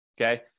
okay